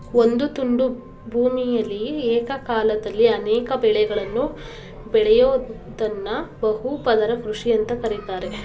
ಒಂದು ತುಂಡು ಭೂಮಿಯಲಿ ಏಕಕಾಲದಲ್ಲಿ ಅನೇಕ ಬೆಳೆಗಳನ್ನು ಬೆಳಿಯೋದ್ದನ್ನ ಬಹು ಪದರ ಕೃಷಿ ಅಂತ ಕರೀತಾರೆ